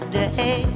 day